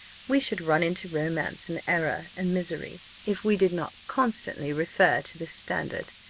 we should run into romance, and error, and misery, if we did not constantly refer to this standard.